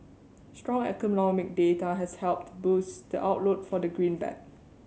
strong economic data has helped boost the outlook for the greenback